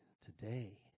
today